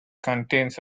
contains